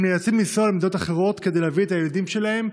הם נאלצים לנסוע למדינות אחרות כדי להביא את הילדים שלהם,